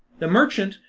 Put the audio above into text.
the merchant,